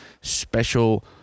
special